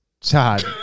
Todd